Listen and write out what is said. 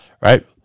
right